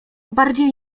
bardziej